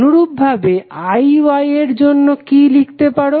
অনুরূপভাবে Iy এর জন্য কি লিখতে পারো